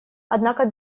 однако